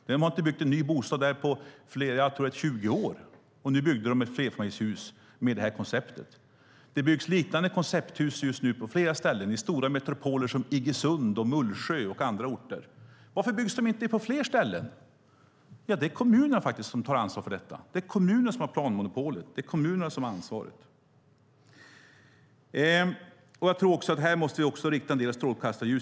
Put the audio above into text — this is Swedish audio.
Där har det inte byggts nya bostäder på 20 år, och nu har ett flerfamiljshus byggts med det konceptet. Det byggs liknande koncepthus på flera ställen, i stora metropoler som Iggesund, Mullsjö och andra orter. Varför byggs inte dessa hus på fler ställen? Ja, det är kommunerna som tar ansvar för dessa frågor, som har planmonopolet, som har ansvaret. Här måste vi rikta en del av strålkastarljuset.